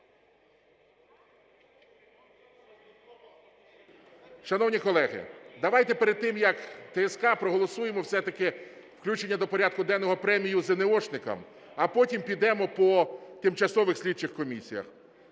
Шановні колеги, давайте перед тим, як ТСК проголосуємо, все-таки включення до порядку денного премію зенеошникам. А потім підемо по тимчасових слідчих комісіях.